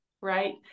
right